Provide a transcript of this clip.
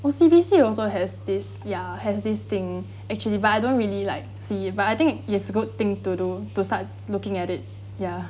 O_C_B_C also has this ya has this thing actually but I don't really like see it but I think it's a good thing to do to start looking at it ya